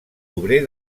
obrer